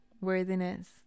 worthiness